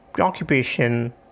occupation